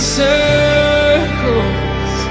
circles